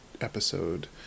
episode